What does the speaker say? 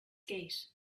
gate